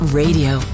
radio